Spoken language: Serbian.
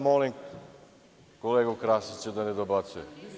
Molim kolegu Krasića da ne dobacuje.